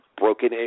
Broken